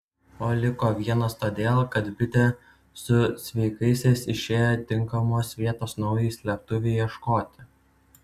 o liko vienas todėl kad bitė su sveikaisiais išėjo tinkamos vietos naujai slėptuvei ieškoti